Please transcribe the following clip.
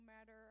matter